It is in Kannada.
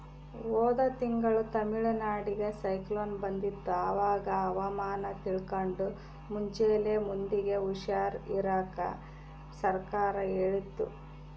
ಹೋದ ತಿಂಗಳು ತಮಿಳುನಾಡಿಗೆ ಸೈಕ್ಲೋನ್ ಬಂದಿತ್ತು, ಅವಾಗ ಹವಾಮಾನ ತಿಳ್ಕಂಡು ಮುಂಚೆಲೆ ಮಂದಿಗೆ ಹುಷಾರ್ ಇರಾಕ ಸರ್ಕಾರ ಹೇಳಿತ್ತು